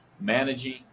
managing